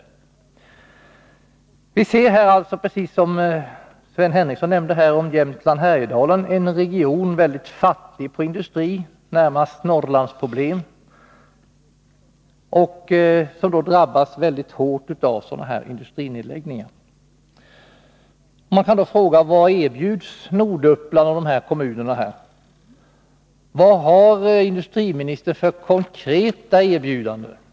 Precis som när det gäller Jämtland-Härjedalen, som Sven Henricsson talade om, har vi här en region som är mycket fattig på industri. Det är närmast fråga om Norrlandsproblem, och därför drabbas regionen mycket hårt av sådana här industrinedläggningar. Man kan då fråga sig vad de här kommunerna i Norduppland erbjuds. Vad har industriministern för konkreta erbjudanden?